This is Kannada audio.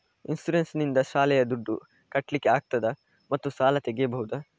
ಇನ್ಸೂರೆನ್ಸ್ ನಿಂದ ಶಾಲೆಯ ದುಡ್ದು ಕಟ್ಲಿಕ್ಕೆ ಆಗ್ತದಾ ಮತ್ತು ಸಾಲ ತೆಗಿಬಹುದಾ?